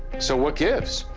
so what gives?